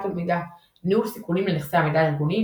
המידע ניהול סיכונים לנכסי המידע הארגוניים,